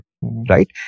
right